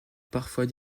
parfois